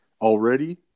already